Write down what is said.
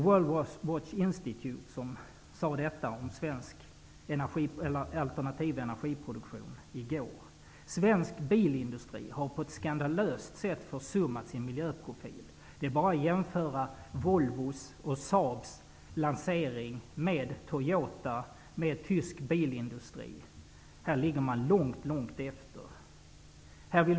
World Watch Institute sade detta i går om alternativ energiproduktion. Svensk bilindustri har på ett skandalöst sätt försummat sin miljöprofil. Man behöver bara jämföra Volvos och Saabs lansering med Toyotas och med tysk bilindustris lansering. Svensk bilindustri ligger långt efter.